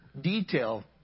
detail